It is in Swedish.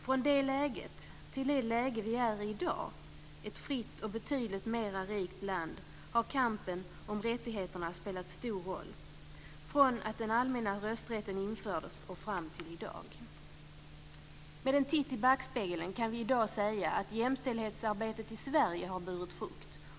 Från det läget till det läge vi är i i dag, ett fritt och betydligt mer rikt land, har kampen om rättigheterna spelat stor roll, från att den allmänna rösträtten infördes och fram till idag. Med en titt i backspegeln kan vi i dag säga att jämställdhetsarbetet i Sverige har burit frukt.